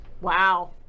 Wow